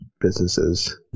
businesses